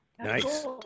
Nice